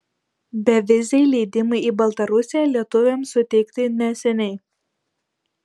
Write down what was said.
beviziai leidimai į baltarusiją lietuviams suteikti neseniai